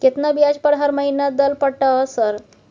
केतना ब्याज हर महीना दल पर ट सर?